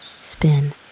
spin